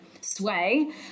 sway